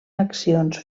accions